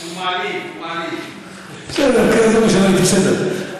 לא משנה הסדר.